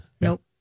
Nope